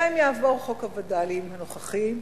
היה אם יעבור חוק הווד"לים הנוכחי,